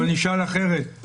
או אני אשאל אחרת,